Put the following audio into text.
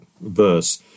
verse